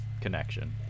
connection